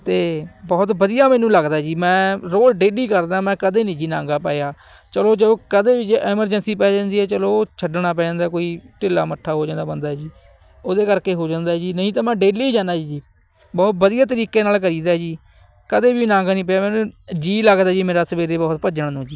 ਅਤੇ ਬਹੁਤ ਵਧੀਆ ਮੈਨੂੰ ਲੱਗਦਾ ਜੀ ਮੈਂ ਰੋਜ਼ ਡੇਲੀ ਕਰਦਾਂ ਮੈਂ ਕਦੇ ਨਹੀਂ ਜੀ ਨਾਗਾ ਪਾਇਆ ਚਲੋ ਜੋ ਕਦੇ ਵੀ ਜੇ ਐਮਰਜੈਂਸੀ ਪੈ ਜਾਂਦੀ ਹੈ ਚਲੋ ਉਹ ਛੱਡਣਾ ਪੈ ਜਾਂਦਾ ਕੋਈ ਢਿੱਲਾ ਮੱਠਾ ਹੋ ਜਾਂਦਾ ਬੰਦਾ ਜੀ ਉਹਦੇ ਕਰਕੇ ਹੋ ਜਾਂਦਾ ਜੀ ਨਹੀਂ ਤਾਂ ਮੈਂ ਡੇਲੀ ਜਾਂਦਾ ਜੀ ਬਹੁਤ ਵਧੀਆ ਤਰੀਕੇ ਨਾਲ਼ ਕਰੀਦਾ ਜੀ ਕਦੇ ਵੀ ਨਾਗਾ ਨਹੀਂ ਪਿਆ ਮੈਨੂੰ ਜੀਅ ਲੱਗਦਾ ਜੀ ਮੇਰਾ ਸਵੇਰੇ ਬਹੁਤ ਭੱਜਣ ਨੂੰ ਜੀ